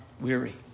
weary